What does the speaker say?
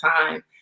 time